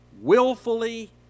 willfully